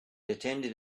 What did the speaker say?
attended